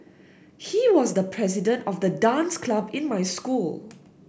he was the president of the dance club in my school